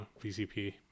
VCP